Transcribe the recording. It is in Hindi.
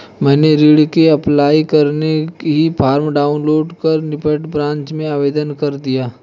मैंने ऋण के अप्लाई करते ही फार्म डाऊनलोड कर निकटम ब्रांच में आवेदन भर दिया